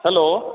hello